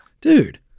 dude